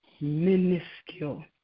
Minuscule